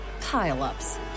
pile-ups